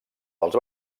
dels